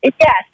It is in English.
Yes